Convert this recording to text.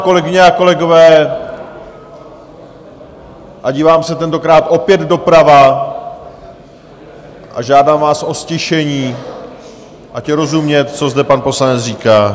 Kolegyně a kolegové, a dívám se tentokrát opět doprava, žádám vás o ztišení, ať je rozumět, co zde pan poslanec říká.